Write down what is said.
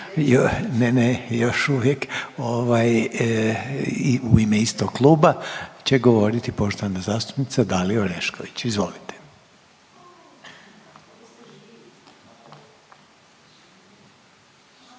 ne, ne, još uvijek ovaj u ime istog kluba će govoriti poštovana zastupnica Dalija Orešković, izvolite.